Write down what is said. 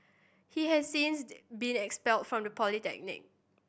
he has since been expelled from the polytechnic